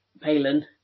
palin